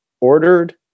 ordered